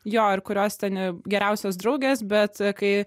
jo ir kurios ten geriausios draugės bet kai